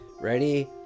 Ready